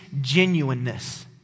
genuineness